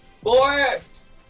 Sports